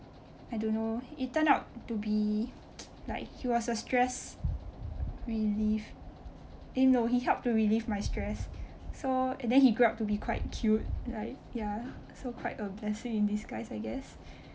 I don't know it turn out to be like he was a stress relief eh no he help to relieve my stress so and then he grow up to be quite cute like ya so quite a blessing in disguise I guess